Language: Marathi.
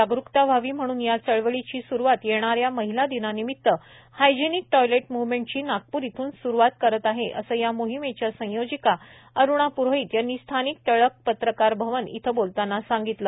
याच विषयावर जाग़कता व्हावी म्हणून या चळवळीची स्रुवात येणाऱ्या महिला दिनानिमित हायजेनिक टॉयलेट म्व्हमेंटची नागप्र येथून स्रू करीत आहे असे या मोहीमेच्या संयोजिका अरुणा प्रोहित यांनी स्थानिक टिळक पत्रकार भवन येथे बोलताना सांगितले